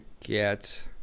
get